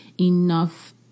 enough